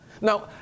Now